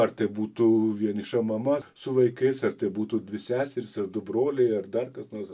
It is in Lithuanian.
ar tai būtų vieniša mama su vaikais ar tai būtų dvi seserys ar du broliai ar dar kas nors